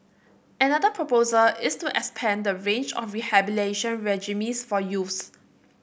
another proposal is to expand the range of rehabilitation regimes for youths